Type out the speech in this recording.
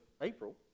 April